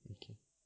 okay